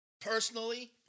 Personally